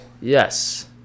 Yes